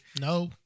no